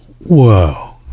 Whoa